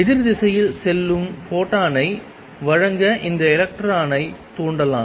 எதிர் திசையில் செல்லும் ஃபோட்டானை வழங்க இந்த எலக்ட்ரானைத் தூண்டலாம்